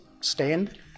stand